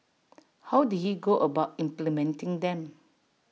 how did he go about implementing them